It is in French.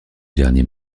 dernier